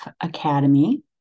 Academy